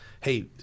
hey